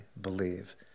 believe